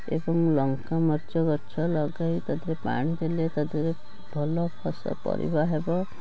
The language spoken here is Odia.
ଏବଂ ଲଙ୍କା ମରୀଚ ଗଛ ଲଗାଇ ତା ଦେହରେ ପାଣି ଦେଲେ ତା ଦେହରେ ଭଲ ଫସ ପରିବା ହେବ